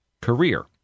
career